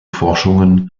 forschungen